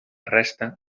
resta